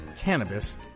cannabis